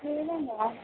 एवं वा